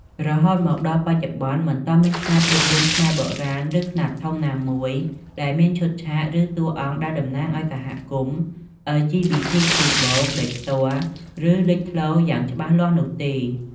រហូតមកដល់បច្ចុប្បន្ន មិនទាន់មានខ្សែភាពយន្តខ្មែរបុរាណ ឬខ្នាតធំ ណាមួយដែលមានឈុតឆាក ឬតួអង្គដែលតំណាងឱ្យសហគមន៍ អិល ជី ប៊ី ធី ខ្ជូ បូក (LGBTQ+)ដោយផ្ទាល់ឬលេចធ្លោយ៉ាងច្បាស់លាស់នោះទេ។